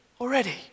Already